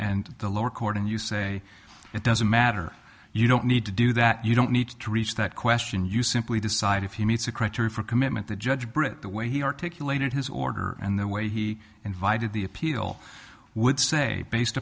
and the lower court and you say it doesn't matter you don't need to do that you don't need to reach that question you simply decide if he meets a criteria for commitment the judge britt the way he articulated his order and the way he invited the appeal would say based